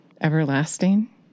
everlasting